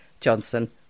Johnson